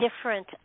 different